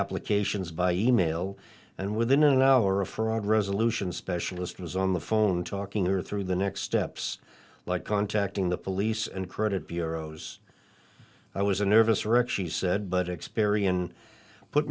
applications by e mail and within an hour a fraud resolution specialist was on the phone talking or through the next steps like contacting the police and credit bureaus i was a nervous wreck she said but experian put